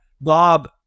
Bob